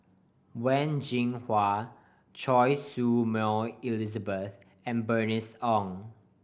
Wen Jinhua Choy Su Moi Elizabeth and Bernice Ong